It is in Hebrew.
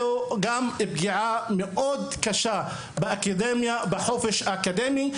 זה גם פגיעה מאוד קשה בחופש האקדמי,